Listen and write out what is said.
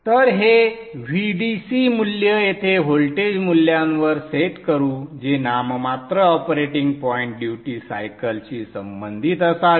तर हे VDC मूल्य येथे व्होल्टेज मूल्यांवर सेट करू जे नाममात्र ऑपरेटिंग पॉइंट ड्युटी सायकलशी संबंधित असावे